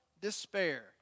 despair